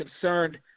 concerned